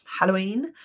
Halloween